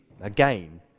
Again